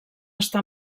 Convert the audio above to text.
està